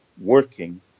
working